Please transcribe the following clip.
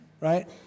right